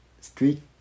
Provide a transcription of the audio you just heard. street